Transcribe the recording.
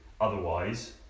otherwise